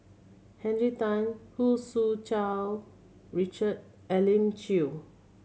Henry Tan Hu Su Richard Elim Chew